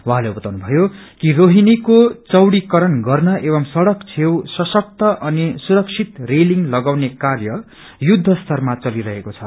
उहाँले बताउनु भयो कि रोहिणीको चौड़ीकरण गर्न एवं सड़क छेऊ सशक्त अनि सुरक्षित रेलिंग लगाउने कार्य युछस्तरमा चलिरहेको छ